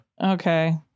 Okay